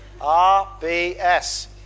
RBS